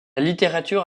littérature